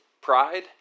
pride